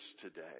today